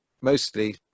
mostly